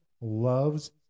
loves